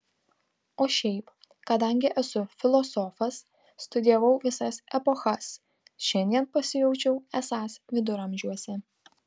o šiaip kadangi esu filosofas studijavau visas epochas šiandien pasijaučiau esąs viduramžiuose